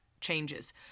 changes